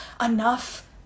enough